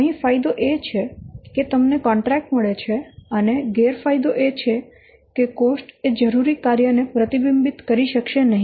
અહીં ફાયદો એ છે કે તમને કોન્ટ્રાકટ મળે છે અને ગેરફાયદો એ છે કે કોસ્ટ એ જરૂરી કાર્ય ને પ્રતિબિંબિત કરી શકશે નહીં